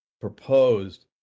proposed